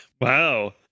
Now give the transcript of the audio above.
Wow